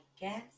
guess